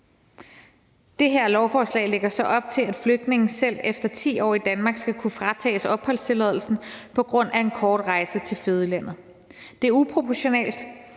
Det her lovforslag lægger så op til, at flygtningen selv efter 10 år i Danmark skal kunne fratages opholdstilladelsen på grund af en kort rejse til fødelandet. Det er uproportionalt,